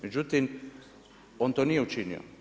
Međutim, on to nije učinio.